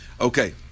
Okay